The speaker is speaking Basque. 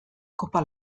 kopa